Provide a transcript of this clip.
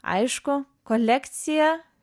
aišku kolekcija